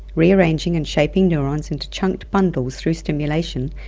rearranging and shaping neurons into chunked bundles through stimulation,